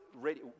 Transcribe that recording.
ready